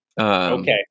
Okay